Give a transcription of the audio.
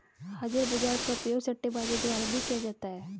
हाजिर बाजार का उपयोग सट्टेबाजों द्वारा भी किया जाता है